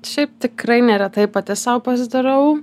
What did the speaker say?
šiaip tikrai neretai pati sau pasidarau